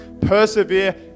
persevere